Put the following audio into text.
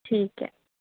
ठीक ऐ